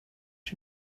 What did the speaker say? you